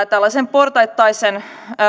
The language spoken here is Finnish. portaittaisen